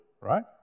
right